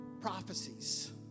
prophecies